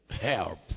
Help